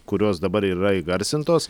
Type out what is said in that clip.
kurios dabar yra įgarsintos